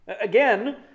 again